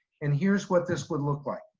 and here's what this would look like.